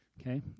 okay